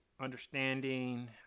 understanding